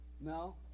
No